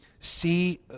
see